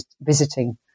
visiting